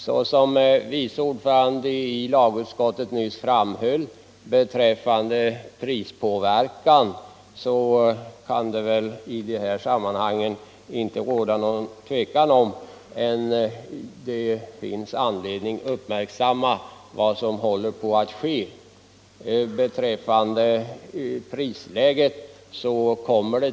Såsom vice ordföranden i lagutskottet nyss framhöll kan det inte råda något tvivel om att vi har anledning att uppmärksamma vad som håller på att ske när det gäller prispåverkan.